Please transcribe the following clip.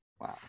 wow